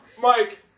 Mike